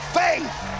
faith